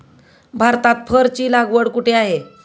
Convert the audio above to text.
भारतात फरची लागवड कुठे आहे?